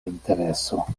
intereso